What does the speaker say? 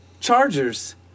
Chargers